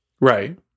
Right